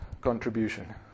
contribution